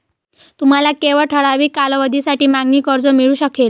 तुम्हाला केवळ ठराविक कालावधीसाठी मागणी कर्ज मिळू शकेल